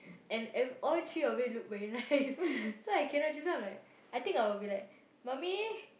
and ev~ all three of it look very nice so I cannot choose so I'm like I think I will be like mummy